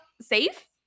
safe